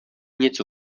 něco